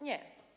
Nie.